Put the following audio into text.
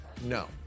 No